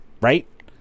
right